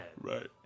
right